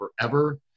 forever